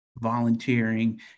volunteering